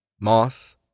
Moss